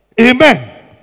Amen